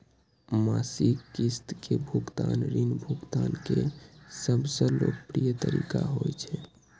मासिक किस्त के भुगतान ऋण भुगतान के सबसं लोकप्रिय तरीका होइ छै